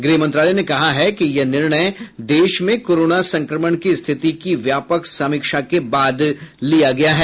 गृह मंत्रालय ने कहा कि यह निर्णय देश में कोरोना संक्रमण की स्थिति की व्यापक समीक्षा के बाद लिया गया है